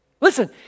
Listen